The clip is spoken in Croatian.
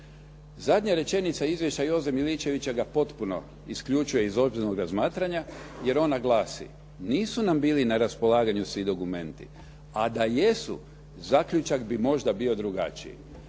Zadnja rečenica izvješća Joze Miličevića ga potpuno isključuje iz ozbiljnog razmatranja jer ona glasi: "Nisu nam bili na raspolaganju svi dokumenti, a da jesu zaključak bi možda bio drugačiji.".